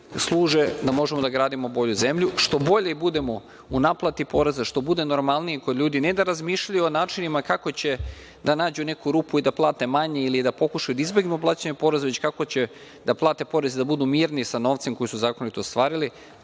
služe da možemo da gradimo bolju zemlju. Što bolji budemo u naplati poreza, što bude normalnije kod ljudi ne da razmišljaju o načinima kako će da nađu neku rupu i da plate manje ili da pokušaju da izbegnu plaćanje poreza, već kako će da plate porez i da budu mirni sa novcem koji su zakonito ostvarili,